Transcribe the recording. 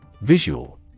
Visual